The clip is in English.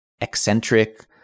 eccentric